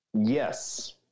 Yes